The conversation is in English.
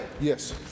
Yes